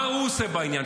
מה הוא עושה בעניין?